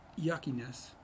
yuckiness